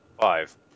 Five